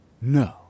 No